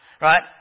Right